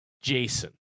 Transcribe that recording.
Jason